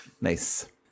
Nice